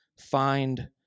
find